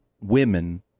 women